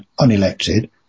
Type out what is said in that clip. unelected